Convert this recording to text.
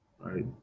right